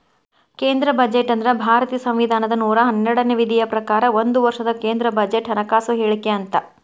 ಕೇಂದ್ರ ಬಜೆಟ್ ಅಂದ್ರ ಭಾರತೇಯ ಸಂವಿಧಾನದ ನೂರಾ ಹನ್ನೆರಡನೇ ವಿಧಿಯ ಪ್ರಕಾರ ಒಂದ ವರ್ಷದ ಕೇಂದ್ರ ಬಜೆಟ್ ಹಣಕಾಸು ಹೇಳಿಕೆ ಅಂತ